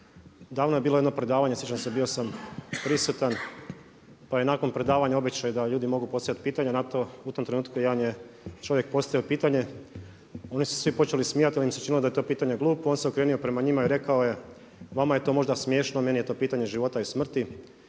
davno je bilo jedno predavanje, sjećam se bio sam prisutan, pa je nakon predavanja običaj da ljudi mogu postavljati pitanja na to, u tom trenutku jedan je čovjek postavio pitanje. Oni su se svi počeli smijati jer im se činilo da je to pitanje glupo. On se okrenuo prema njima i rekao je vama je to možda smiješno meni je to pitanje života i smrti.